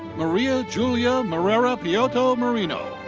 maria julia moreira peixoto marinho.